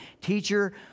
Teacher